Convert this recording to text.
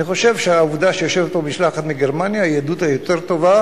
אני חושב שהעובדה שיושבת פה משלחת מגרמניה היא העדות היותר-טובה